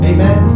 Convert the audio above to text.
Amen